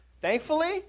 Thankfully